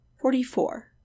forty-four